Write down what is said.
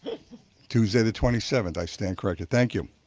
tuesday the twenty seventh, i stand corrected, thank you.